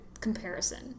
comparison